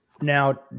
Now